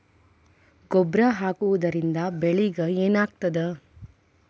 ಗೊಬ್ಬರ ಹಾಕುವುದರಿಂದ ಬೆಳಿಗ ಏನಾಗ್ತದ?